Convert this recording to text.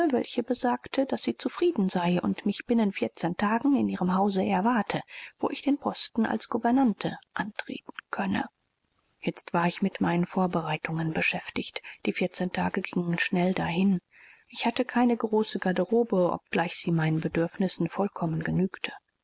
welche besagte daß sie zufrieden sei und mich binnen vierzehn tagen in ihrem hause erwarte wo ich den posten als gouvernante antreten könne jetzt war ich mit meinen vorbereitungen beschäftigt die vierzehn tage gingen schnell dahin ich hatte keine große garderobe obgleich sie meinen bedürfnissen vollkommen genügte